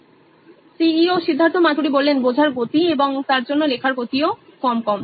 Siddharth Maturi C E O নোইন electronics বোঝার গতি এবং তার জন্য লেখার গতিও কম কম